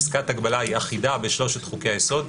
פסקת הגבלה היא אחידה בשלושת חוקי-היסוד,